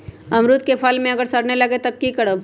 अमरुद क फल म अगर सरने लगे तब की करब?